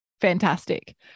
Fantastic